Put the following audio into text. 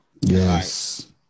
Yes